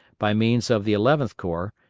by means of the eleventh corps,